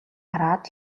хараад